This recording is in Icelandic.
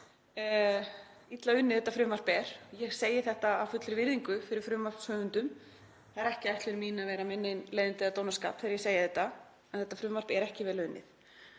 illa unnið frumvarpið er. Ég segi þetta af fullri virðingu fyrir frumvarpshöfundum, það er ekki ætlun mín að vera með nein leiðindi eða dónaskap þegar ég segi þetta, en frumvarpið er ekki vel unnið.